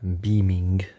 beaming